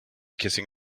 kissing